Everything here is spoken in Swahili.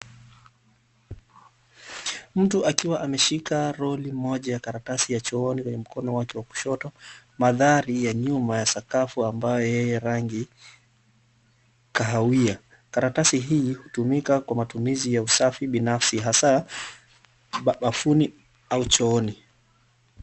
Mtu akiwa ameshika roli moja ya karatasi ya chooni, kwenye mkono wake wa kushoto. Mandhari ya nyuma ya sakafu ambaye rangi kahawia. Karatasi hii hutumika kwa matumizi ya usafi binafsi hasaa bafuni au chooni.